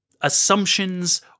Assumptions